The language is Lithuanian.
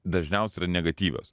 dažniausia yra negatyvios